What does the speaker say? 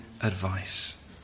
advice